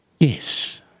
Yes